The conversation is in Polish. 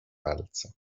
palce